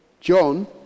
John